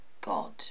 God